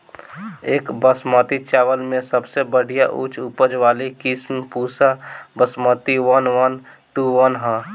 एक बासमती चावल में सबसे बढ़िया उच्च उपज वाली किस्म Pusa Basmati one one two one ह?